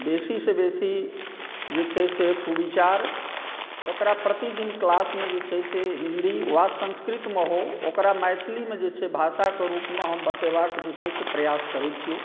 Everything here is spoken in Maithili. बेसीसॅं बेसी जे छै से सुविचार एक़रा प्रतिदिन क्लासमे जे छै से हिंदी वा संस्कृतमे हो ओकरा मैथिलीमे जे छै भाषाकेॅं रूपमे हम बतेबाक जे छै से प्रयास करै छियै